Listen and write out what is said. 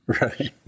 Right